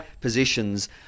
positions